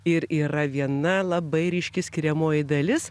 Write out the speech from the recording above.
ir yra viena labai ryški skiriamoji dalis